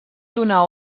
donar